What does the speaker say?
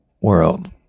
world